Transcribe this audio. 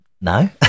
No